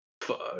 Fuck